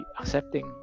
accepting